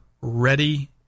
ready